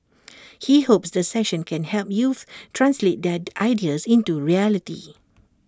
he hopes the session can help youths translate their ideas into reality